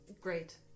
Great